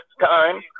time